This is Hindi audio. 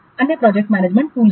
अन्य प्रोजेक्ट मैनेजमेंट टूल हैं